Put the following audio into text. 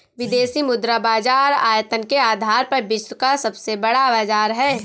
विदेशी मुद्रा बाजार आयतन के आधार पर विश्व का सबसे बड़ा बाज़ार है